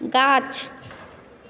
गाछ